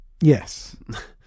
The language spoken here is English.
Yes